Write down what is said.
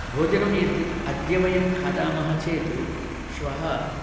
भोजनं यत् अद्य वयं खादामः चेत् श्वः